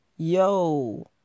Yo